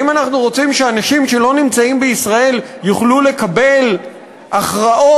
האם אנחנו רוצים שאנשים שלא נמצאים בישראל יוכלו לקבל הכרעות